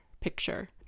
picture